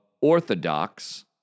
orthodox